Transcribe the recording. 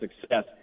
success